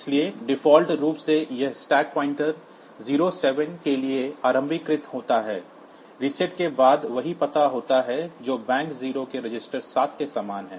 इसलिए डिफ़ॉल्ट रूप से यह स्टैक पॉइंटर 07 के लिए आरंभीकृत होता है रीसेट के बाद वही पता होता है जो बैंक 0 के रजिस्टर 7 के समान है